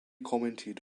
commented